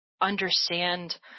understand